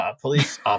police